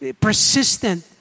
persistent